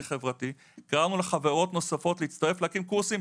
חברתי קראנו לחברות נוספות להצטרף ולהקים קורסים,